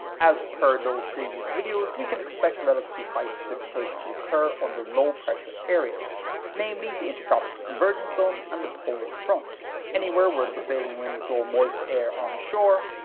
as per those previous videos, we can expect relatively high precipitation to occur under low pressure areas namely the intertropical convergence zone and the polar front anywhere worth prevailing winds blow moist air onshore,